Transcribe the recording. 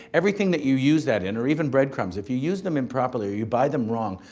everything that you use that in, or even breadcrumbs. if you use them improperly or you buy them wrong,